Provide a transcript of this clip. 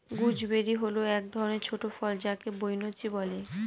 gooseberry হল এক ধরনের ছোট ফল যাকে বৈনচি বলে